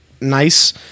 nice